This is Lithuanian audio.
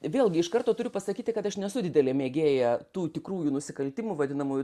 vėlgi iš karto turiu pasakyti kad aš nesu didelė mėgėja tų tikrųjų nusikaltimų vadinamųjų